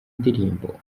ndirimbo